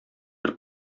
бер